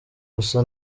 gusa